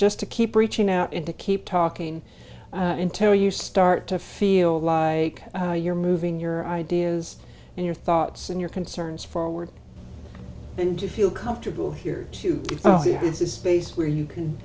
just to keep reaching out and to keep talking until you start to feel like you're moving your ideas and your thoughts and your concerns forward and you feel comfortable here to tell you this is base where you can